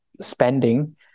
Spending